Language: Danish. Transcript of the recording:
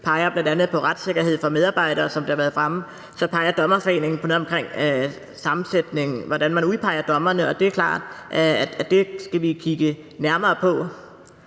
peger bl.a. på retssikkerheden for medarbejdere, sådan som det har været fremme, og så peger Dommerforeningen på noget omkring sammensætningen, altså hvordan man udpeger dommerne, og det er klart, at det skal vi kigge nærmere på.